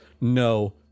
no